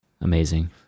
Amazing